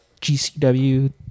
GCW